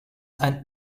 ein